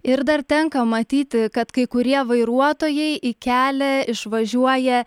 ir dar tenka matyti kad kai kurie vairuotojai į kelią išvažiuoja